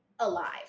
Alive